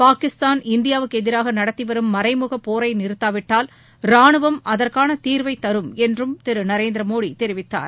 பாகிஸ்தான் இந்தியாவுக்கு எதிராக நடத்திவரும் மறைமுக போரை நிறுத்தாவிட்டால் ராணுவம் அதற்கான தீர்வை தரும் என்றும் திரு நரேந்திர மோடி தெரிவித்தார்